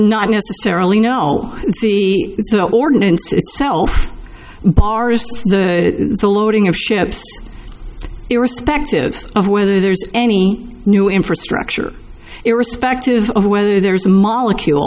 not necessarily know the ordinance itself bars the loading of ships irrespective of whether there's any new infrastructure irrespective of whether there's a molecule